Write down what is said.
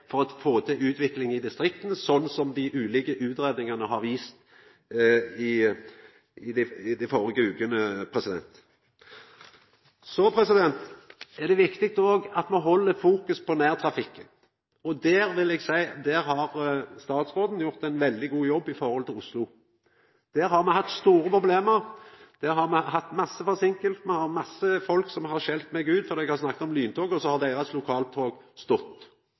for å få til utvikling i distrikta, slik dei ulike utgreiingane har vist i dei førre vekene. Så er det viktig òg at me held fokus på nærtrafikken. Eg vil seia at der har statsråden gjort ein veldig god jobb i Oslo. Der har me hatt store problem, og der har me hatt masse forseinkingar. Mange folk har skjelt meg ut fordi eg har snakka om lyntog, og så har deira lokaltog stått.